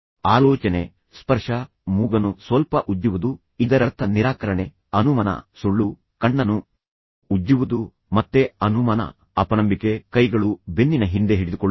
ಆಲೋಚನೆ ಸ್ಪರ್ಶ ಮೂಗನ್ನು ಸ್ವಲ್ಪ ಉಜ್ಜುವುದು ಇದರರ್ಥ ನಿರಾಕರಣೆ ಅನುಮಾನ ಸುಳ್ಳು ಕಣ್ಣನ್ನು ಉಜ್ಜುವುದು ಮತ್ತೆ ಅನುಮಾನ ಅಪನಂಬಿಕೆ ಕೈಗಳು ಬೆನ್ನಿನ ಹಿಂದೆ ಹಿಡಿದುಕೊಳ್ಳುವುದು